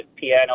piano